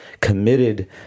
committed